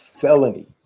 felony